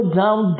down